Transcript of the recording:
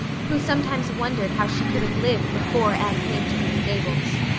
who sometimes wondered how she could have lived before anne came to green gables,